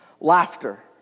Laughter